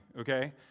okay